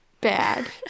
bad